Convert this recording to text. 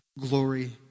glory